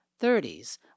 30s